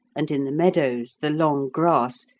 and, in the meadows, the long grass,